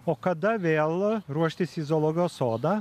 o kada vėl ruoštis į zoologijos sodą